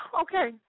Okay